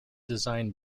design